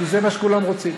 כי זה מה שכולם רוצים.